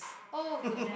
oh goodness